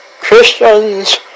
Christians